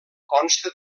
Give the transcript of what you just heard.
consta